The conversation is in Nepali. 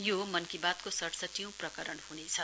यो मन की बातको सडसठीऔं प्रकरण ह्नेछ